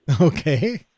Okay